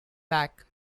back